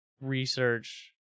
research